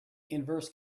inverse